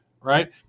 right